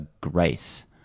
Grace